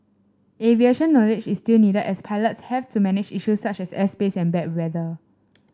aviation knowledge is still needed as pilots have to manage issue such as airspace and bad weather